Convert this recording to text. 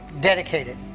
dedicated